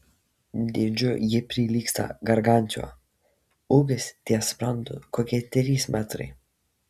dydžiu ji prilygsta gargantiua ūgis ties sprandu kokie trys metrai